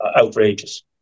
outrageous